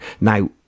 Now